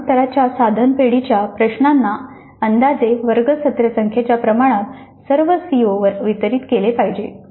प्रश्नोत्तराच्या साधन पेढीेच्या प्रश्नांना अंदाजे वर्ग सत्र संख्येच्या प्रमाणात सर्व सीओवर वितरित केले पाहिजे